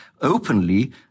openly